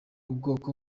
ubwoko